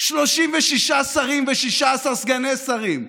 36 שרים ו-16 סגני שרים.